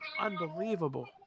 Unbelievable